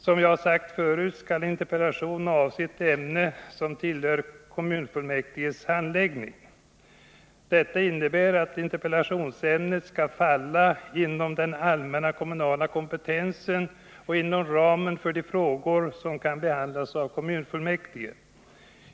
Som jag har sagt förut skall en interpellation avse ett ämne som tillhör kommunfullmäktiges handläggning. Detta innebär att interpellationsämnet skall falla inom den allmänna kommunala kompetensen och inom ramen för de frågor som kan behandlas av kommunfullmäktige.